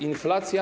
Inflacja.